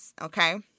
Okay